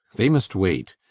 they must wait.